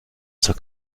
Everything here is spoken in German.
zur